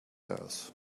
earth